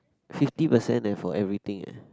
fifty percent eh for everything eh